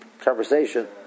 conversation